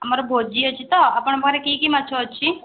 ଆମର ଭୋଜି ଅଛି ତ ଆପଣ ଙ୍କ ପାଖରେ କି କି ମାଛ ଅଛି